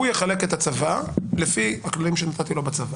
והוא יחלק את הצוואה לפי הכלים שנתתי לו בצוואה.